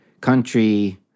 country